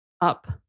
up